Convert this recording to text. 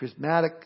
charismatic